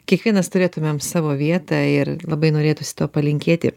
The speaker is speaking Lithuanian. kiekvienas turėtumėm savo vietą ir labai norėtųsi to palinkėti